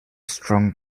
strong